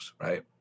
right